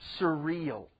surreal